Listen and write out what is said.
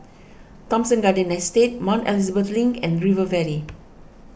Thomson Garden Estate Mount Elizabeth Link and River Valley